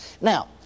Now